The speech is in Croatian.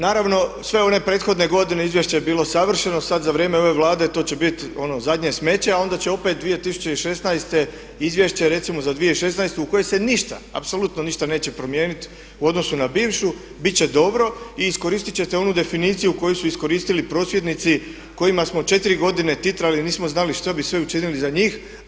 Naravno sve one prethodne godine izvješće je bilo savršeno, sad za vrijeme ove Vlade to će biti ono zadnje smeće a onda će opet 2016. izvješće recimo za 2016. u kojem se ništa, apsolutno ništa neće promijeniti u odnosu na bivšu bit će dobro i iskoristit ćete onu definiciju koju su iskoristili prosvjednici kojima smo četiri godine titrali, nismo znali što bi sve učinili za njih.